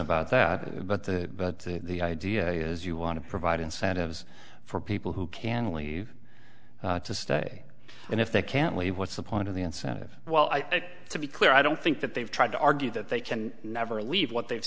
about that but the idea is you want to provide incentives for people who can only to stay and if they can't leave what's the point of the incentive well i think to be clear i don't think that they've tried to argue that they can never leave what they've